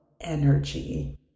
energy